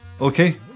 Okay